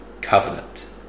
Covenant